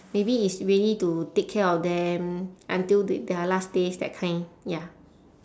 maybe it's really to take care of them until th~ their last days that kind ya